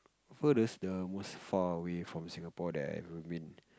furthest the most far away from Singapore that I've ever been